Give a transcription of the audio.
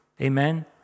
Amen